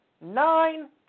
Nine